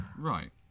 Right